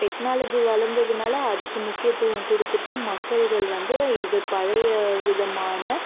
technology வளர்ந்ததுனால அதுக்கு முக்கியத்துவம் கொடுத்துட்டு மக்கள்கள் வந்து இது பழைய விதமான